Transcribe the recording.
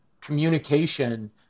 communication